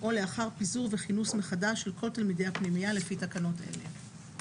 או לאחר פיזור וכינוס מחדש של כל תלמידי הפנימייה לפי תקנות אלה.